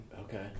Okay